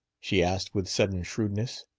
she asked with sudden shrewdness.